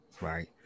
right